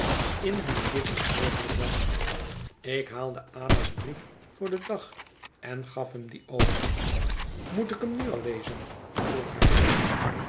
indien dit nog mogelijk was ik haalde ada's brief voor den dag en gaf hem dien over moet ik hem nu lezen vroeg hij